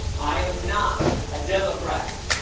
i am not a democrat,